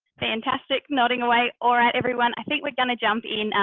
fantastic nodding away. all right, everyone, i think we're gonna jump in.